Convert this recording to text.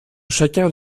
chacun